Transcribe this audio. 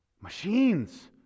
Machines